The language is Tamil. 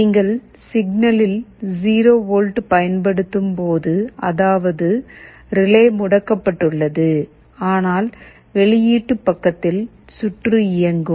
நீங்கள் சிக்னலில் 0 வோல்ட் பயன்படுத்தும்போது அதாவது ரிலே முடக்கப்பட்டுள்ளது ஆனால் வெளியீட்டு பக்கத்தில் சுற்று இயங்கும்